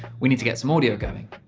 we need to get some audio going.